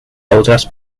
otras